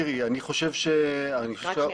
תראי, אני חושב --- רק שנייה.